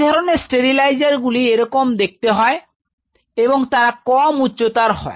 এই ধরনের স্টেরিলাইজার গুলি এরকম দেখতে হয় এবং তারা কম উচ্চতার হয়